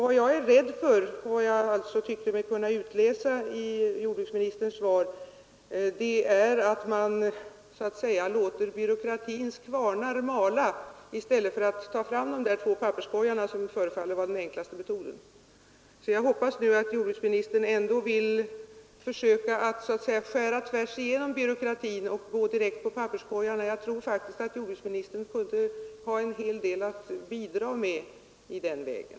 Vad jag var rädd för och alltså tyckte mig kunna utläsa i jordbruksministerns svar är att man så att säga låter byråkratins kvarnar mala i stället för att ta fram de där två papperskorgarna som förefaller vara den enklaste metoden. Nu hoppas jag att jordbruksministern ändå vill försöka att så att säga skära tvärs igenom byråkratin och gå direkt på papperskorgarna. Jag tror faktiskt att jordbruksministern kunde ha en hel del att bidra med i den vägen.